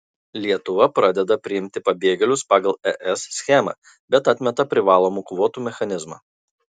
lietuva pradeda priimti pabėgėlius pagal es schemą bet atmeta privalomų kvotų mechanizmą